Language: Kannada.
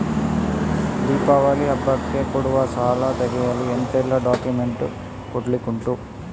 ದೀಪಾವಳಿ ಹಬ್ಬಕ್ಕೆ ಕೊಡುವ ಸಾಲ ತೆಗೆಯಲು ಎಂತೆಲ್ಲಾ ಡಾಕ್ಯುಮೆಂಟ್ಸ್ ಕೊಡ್ಲಿಕುಂಟು?